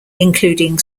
including